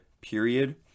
period